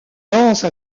danse